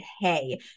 hey